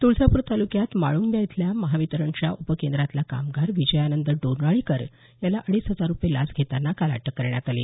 तुळजापूर तालुक्यात माळुंबा इथल्या महावितरणच्या उपकेंद्रातला कामगार विजयानंद डोरनाळीकर याला अडीच हजार रूपये लाच घेतांना काल अटक करण्यात आली